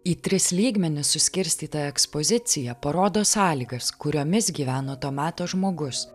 į tris lygmenis suskirstyta ekspozicija parodo sąlygas kuriomis gyveno to meto žmogus